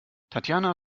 tatjana